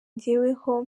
jyeweho